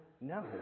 No